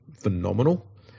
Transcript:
phenomenal